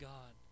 God